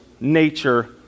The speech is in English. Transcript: nature